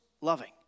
loving